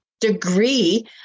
degree